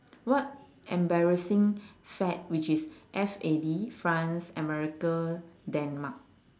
what embarrassing fad which is F A D france america denmark